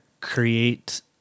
create